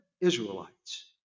Israelites